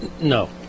No